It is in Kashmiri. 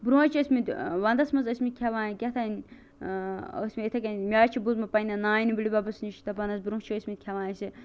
برونٛہہ حظ چھِ ٲسۍ مٕتۍ وندس مَنٛز ٲسمتۍ کھیٚوان کیاہ تھانۍ ٲسمتۍ اِتھے کنی مےٚ حظ چھُ بوٗزمُت پننہ نانہ بٕڑ بَبَس نِش تہ برونٛہہ چھِ ٲسمتۍ کھیٚوان أسۍ یہِ